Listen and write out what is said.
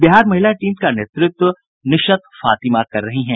बिहार महिला टीम का नेतृत्व निशत फातिमा कर रही हैं